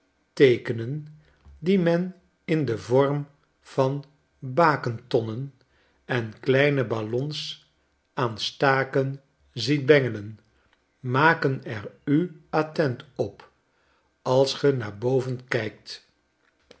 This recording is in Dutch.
uithangteekenen die men in den vorm van bakentonnen en kleine ballons aan staken ziet bengelen maken er u attent op als ge naar boven kijkt